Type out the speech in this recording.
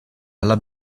alla